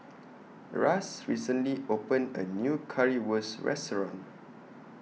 Ras recently opened A New Currywurst Restaurant